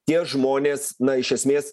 tie žmonės na iš esmės